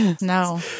No